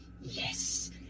Yes